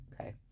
okay